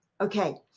Okay